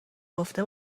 گفته